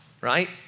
right